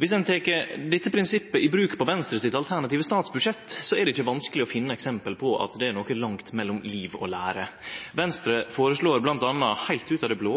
Viss ein tek dette prinsippet i bruk på Venstre sitt alternative statsbudsjett, er det ikkje vanskeleg å finne eksempel på at det er noko langt mellom liv og lære. Venstre føreslår bl.a. heilt ut av det blå